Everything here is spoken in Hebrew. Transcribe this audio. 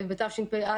ובתשפ"א,